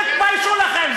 תתביישו לכם.